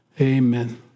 amen